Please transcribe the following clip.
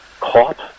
caught